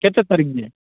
କେତେ ତାରିଖ ଯେ